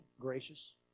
gracious